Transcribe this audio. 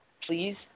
please